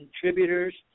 contributors